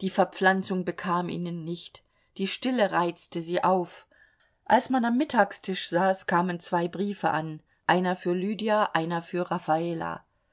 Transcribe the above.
die verpflanzung bekam ihnen nicht die stille reizte sie auf als man am mittagstisch saß kamen zwei briefe an einer für lydia einer für raffala